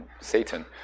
Satan